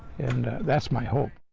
and that's my hope.